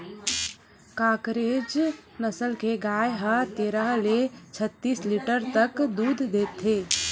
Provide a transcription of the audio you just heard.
कांकरेज नसल के गाय ह तेरह ले छत्तीस लीटर तक दूद देथे